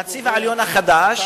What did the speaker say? הנציב העליון החדש,